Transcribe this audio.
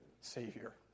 Savior